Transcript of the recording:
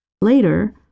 Later